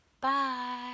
Bye